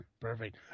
Perfect